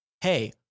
hey